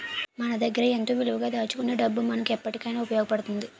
మన దగ్గరే ఎంతో విలువగా దాచుకునే డబ్బు మనకు ఎప్పటికైన ఉపయోగపడుతుంది